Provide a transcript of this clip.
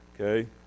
okay